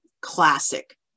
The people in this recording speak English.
Classic